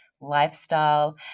lifestyle